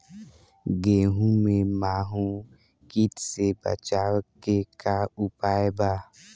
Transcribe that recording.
गेहूँ में माहुं किट से बचाव के का उपाय बा?